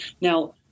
Now